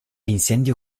incendio